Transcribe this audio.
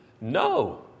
No